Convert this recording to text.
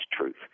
truth